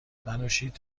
ننوشید